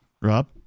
Rob